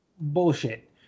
bullshit